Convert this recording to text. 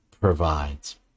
provides